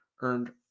earned